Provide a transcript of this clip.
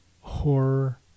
horror